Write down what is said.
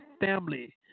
family